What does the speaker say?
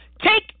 Take